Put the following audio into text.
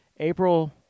April